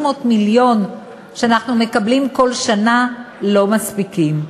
מיליון שאנחנו מקבלים כל שנה לא מספיקים,